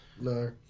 No